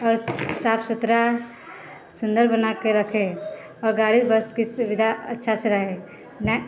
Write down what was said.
आओर साफ सुथड़ा सुन्दर बनाके रखे आओर गाड़ी बसके सुविधा अच्छासँ रहै नहि